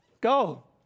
Go